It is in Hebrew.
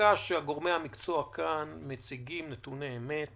חזקה עליי שגורמי המקצוע מציגים נתוני אמת,